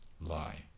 lie